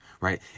right